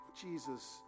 Jesus